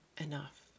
enough